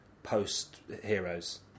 Post-Heroes